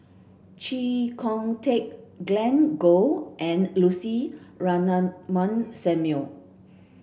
Chee Kong Tet Glen Goei and Lucy Ratnammah Samuel